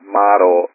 model